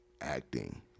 acting